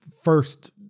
first